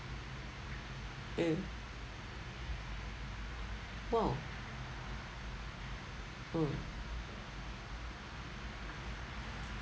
uh !wow! uh